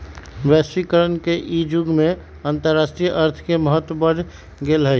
वैश्वीकरण के इ जुग में अंतरराष्ट्रीय अर्थ के महत्व बढ़ गेल हइ